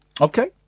Okay